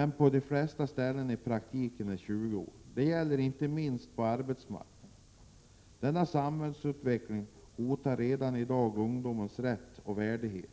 och på allt fler ställen i praktiken 20 år. Detta gäller inte minst på arbetsmarknaden. Denna samhällsutveckling hotar redan i dag ungdomens rätt och värdighet.